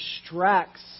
distracts